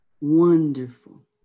wonderful